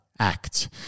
Act